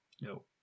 No